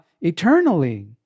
eternally